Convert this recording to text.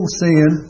sin